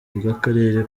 bw’akarere